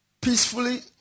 peacefully